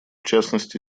частности